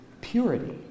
purity